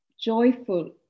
joyful